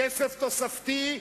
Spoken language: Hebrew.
כסף תוספתי,